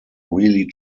really